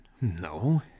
No